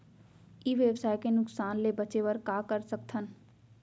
ई व्यवसाय के नुक़सान ले बचे बर का कर सकथन?